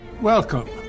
Welcome